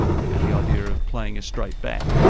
and the idea of playing a straight bat.